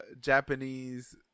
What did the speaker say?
Japanese